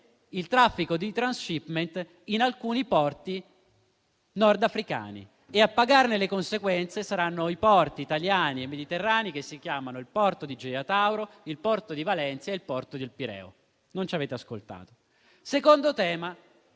il traffico di *transhipment* in alcuni porti nordafricani e a pagarne le conseguenze saranno i porti italiani e mediterranei, che sono il porto di Gioia Tauro, il porto di Valencia e il porto del Pireo. Non ci avete ascoltato. Il secondo tema